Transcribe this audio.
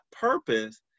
purpose